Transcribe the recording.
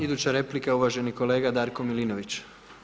Iduća replika je uvaženi kolega Darko Milinović.